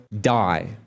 die